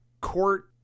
court